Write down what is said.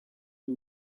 who